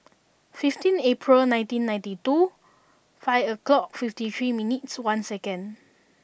fifteen April nineteen ninety two five o'clock fifty three minutes one seconds